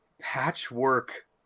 patchwork